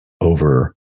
over